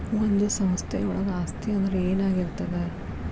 ಒಂದು ಸಂಸ್ಥೆಯೊಳಗ ಆಸ್ತಿ ಅಂದ್ರ ಏನಾಗಿರ್ತದ?